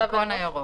הירוק,